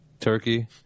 turkey